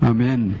Amen